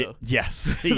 Yes